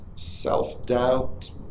Self-doubt